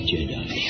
Jedi